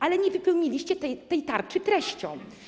Ale nie wypełniliście tej tarczy treścią.